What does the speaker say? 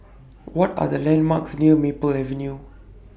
What Are The landmarks near Maple Avenue